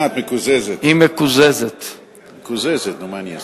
(תיקון), התשע"א 2010, נתקבל.